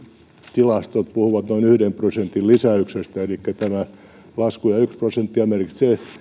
tilastot puhuvat noin yhden prosentin lisäyksestä elikkä tämä lasku ja yksi prosentti merkitsee